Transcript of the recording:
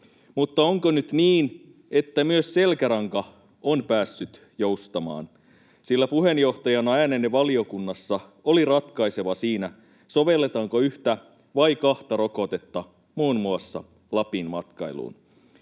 mutta onko nyt niin, että myös selkäranka on päässyt joustamaan, sillä puheenjohtajana äänenne valiokunnassa oli ratkaiseva siinä, sovelletaanko yhtä vai kahta rokotetta muun muassa Lapin matkailuun?